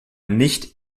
nicht